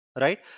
right